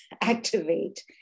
Activate